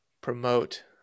promote